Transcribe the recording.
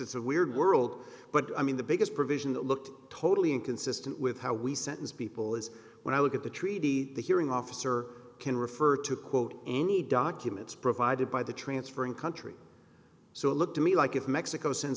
it's a weird world but i mean the biggest provision that looked totally inconsistent with how we sentence people is when i look at the treaty the hearing officer can refer to quote any documents provided by the transfer in country so it looked to me like if mexico sends